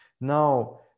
Now